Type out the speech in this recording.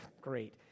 great